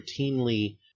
routinely